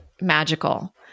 magical